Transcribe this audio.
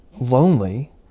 lonely